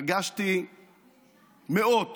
פגשתי מאות